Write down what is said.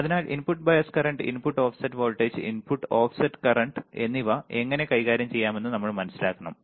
അതിനാൽ input bias current input offset voltage input offset current എന്നിവ എങ്ങനെ കൈകാര്യം ചെയ്യാമെന്ന് നമ്മൾ മനസ്സിലാക്കണം